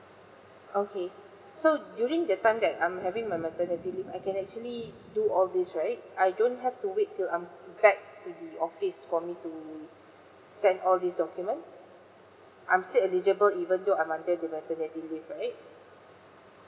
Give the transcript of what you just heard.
okay so during that time that I'm having my maternity leave I can actually do all this right I don't have to wait till I'm back to the office for me to send all these documents I'm still eligible even though I'm under the maternity leave right